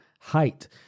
height